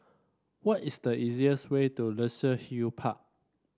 what is the easiest way to Luxus Hill Park